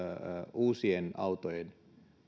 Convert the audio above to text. uusien autojen